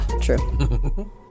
True